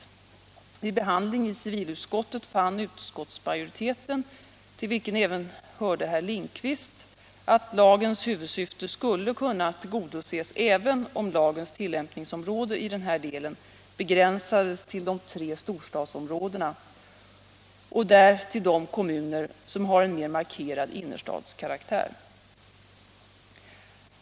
Vid behandling i civilutskottet fann utskottsmajoriteten, till vilken även hörde herr Lindkvist, att lagens huvudsyfte skulle kunna tillgodoses även om lagens tillämpningsområde i den här delen begränsades till de tre storstadsområdena och där till de kommuner som har en mer markerad innerstadskaraktär.